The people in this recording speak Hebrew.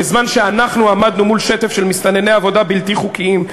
בזמן שאנחנו עמדנו מול שטף של מסתנני עבודה בלתי חוקיים,